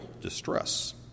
distress